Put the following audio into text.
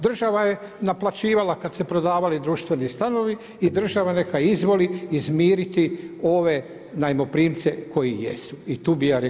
Država je naplaćivala kad se prodavali društveni stanovi i država neka izvoli izmiriti ove najmoprimce koji jesu i tu bih ja rekao točka.